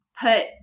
put